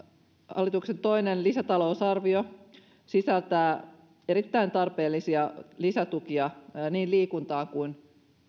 hallituksen toinen lisätalousarvio sisältää erittäin tarpeellisia lisätukia niin liikuntaan kuin